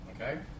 okay